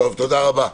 תודה רבה.